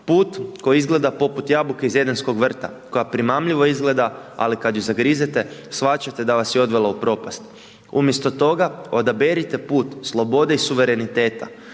put koji izgleda poput jabuke iz edenskog vrta, koja primamljivo izgleda, ali kada ju zagrizete, shvaćate da vas je odvela u propast. Umjesto toga odaberite put slobode i suvereniteta,